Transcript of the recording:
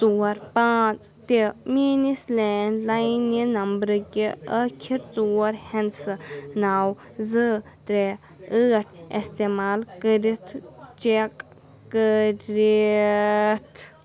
ژور پانٛژھ تہِ میٛٲنِس لینٛڈ لاینہِ نمبرٕکہِ ٲخٕر ژور ہِنٛدسہٕ نو زٕ ترٛےٚ ٲٹھ اِستعمال کٔرِتھ چیک کٔرِتھ